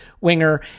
winger